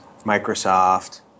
Microsoft